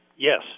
Yes